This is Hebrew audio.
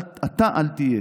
אל תהיה.